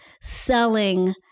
selling